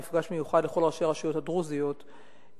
מפגש מיוחד לכל ראשי הרשויות הדרוזיות כדי